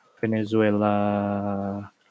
Venezuela